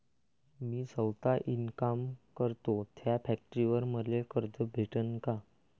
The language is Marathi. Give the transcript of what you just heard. मी सौता इनकाम करतो थ्या फॅक्टरीवर मले कर्ज भेटन का?